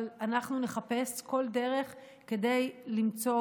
אבל אנחנו נחפש כל דרך כדי למצוא